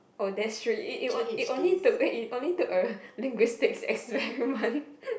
oh that's true it it it only took it only took a linguistics experiment